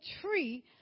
tree